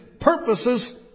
purposes